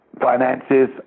finances